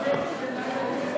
להצבעות כעת,